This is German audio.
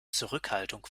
zurückhaltung